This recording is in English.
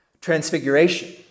Transfiguration